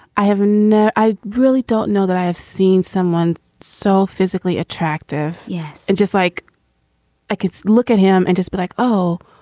i haven't no, i really don't know that i have seen someone so physically attractive. yes. and just like i could look at him and just be like, oh.